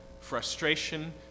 frustration